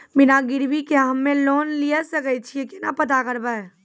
बिना गिरवी के हम्मय लोन लिये सके छियै केना पता करबै?